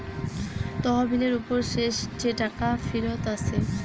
তহবিলের উপর শেষ যে টাকা ফিরত আসে